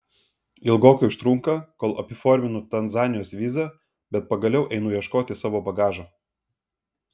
ilgokai užtrunka kol apiforminu tanzanijos vizą bet pagaliau einu ieškoti savo bagažo